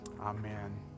Amen